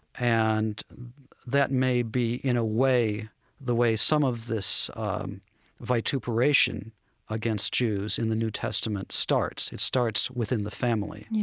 and that may be in a way the way some of this um vituperation against jews in the new testament starts. it starts within the family.